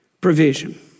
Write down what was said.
provision